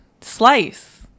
Slice